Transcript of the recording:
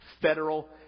federal